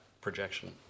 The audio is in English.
projection